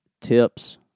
tips